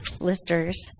lifters